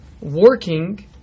working